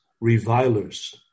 revilers